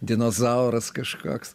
dinozauras kažkoks